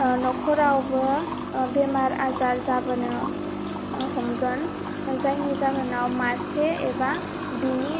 न'खरावबो बेमार आजार जाबोनो हमगोन जायनि जाहोनाव मासे एबा बेनि